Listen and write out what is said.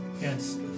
Yes